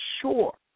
sure